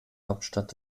hauptstadt